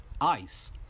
ICE